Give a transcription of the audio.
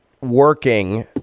working